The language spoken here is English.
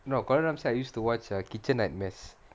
no gordon ramsey I used to watch err kitchen nightmares